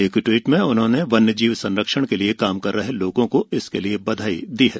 एक ट्वीट में उन्होंने वन्य जीव संरक्षण के लिए काम कर रहे लोगों को इसके लिए बधाई दी है